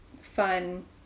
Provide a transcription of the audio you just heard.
fun